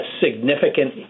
significant